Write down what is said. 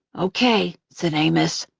okay, said amos,